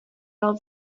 leurs